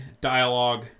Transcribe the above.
dialogue